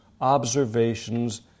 Observations